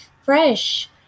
fresh